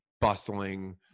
bustling